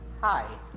Hi